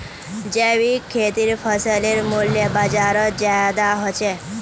जैविक खेतीर फसलेर मूल्य बजारोत ज्यादा होचे